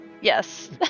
Yes